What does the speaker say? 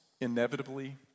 inevitably